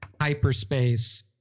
hyperspace